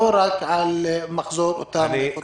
לא רק על מחזור אותם חודשים?